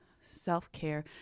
self-care